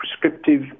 prescriptive